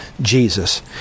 Jesus